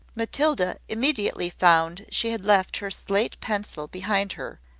matilda immediately found she had left her slate-pencil behind her,